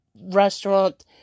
restaurant